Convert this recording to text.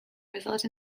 result